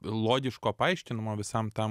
logiško paaiškinimo visam tam